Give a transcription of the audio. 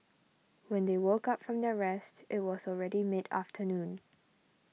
when they woke up from their rest it was already mid afternoon